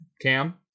Cam